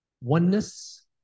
oneness